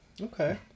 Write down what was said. Okay